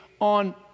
on